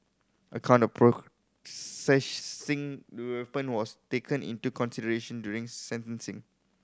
a count of possessing the weapon was taken into consideration during sentencing